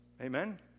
Amen